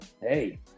hey